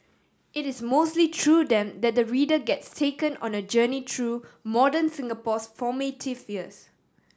it is mostly through them that the reader gets taken on a journey through modern Singapore's formative years